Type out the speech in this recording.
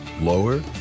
Lower